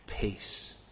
peace